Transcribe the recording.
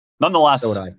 Nonetheless